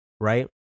right